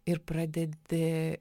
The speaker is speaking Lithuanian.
ir pradedi